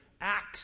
acts